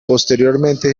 posteriormente